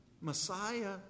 Messiah